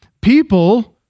people